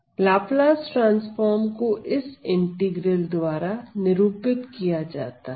Laplace transform को इस integral द्वारा निरूपित किया जाता है